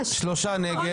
שלושה נגד.